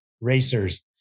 racers